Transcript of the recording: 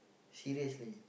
seriously